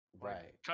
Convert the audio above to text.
Right